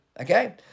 Okay